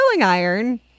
iron